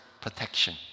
protection